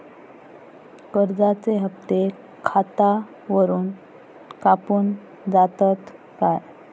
कर्जाचे हप्ते खातावरून कापून जातत काय?